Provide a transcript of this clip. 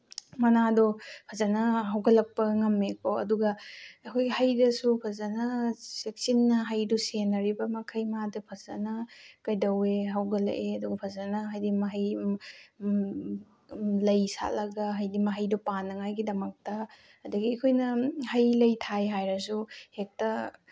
ꯃꯅꯥꯗꯣ ꯐꯖꯅ ꯍꯧꯒꯠꯂꯛꯄ ꯉꯝꯃꯤꯀꯣ ꯑꯗꯨꯒ ꯑꯩꯈꯣꯏ ꯍꯩꯗꯁꯨ ꯐꯖꯅ ꯆꯦꯛꯁꯤꯟꯅ ꯍꯩꯗꯨ ꯁꯦꯟꯅꯔꯤꯕꯃꯈꯩ ꯃꯥꯗꯣ ꯐꯖꯅ ꯀꯩꯗꯧꯋꯦ ꯍꯧꯒꯠꯂꯛꯑꯦ ꯑꯗꯨꯒ ꯐꯖꯅ ꯍꯥꯏꯗꯤ ꯃꯍꯩ ꯂꯩ ꯁꯥꯠꯂꯒ ꯍꯥꯏꯗꯤ ꯃꯍꯩꯗꯣ ꯄꯥꯟꯅꯉꯥꯏꯒꯤꯗꯃꯛꯇ ꯑꯗꯒꯤ ꯑꯩꯈꯣꯏꯅ ꯍꯩ ꯂꯩ ꯊꯥꯏ ꯍꯥꯏꯔꯁꯨ ꯍꯦꯛꯇ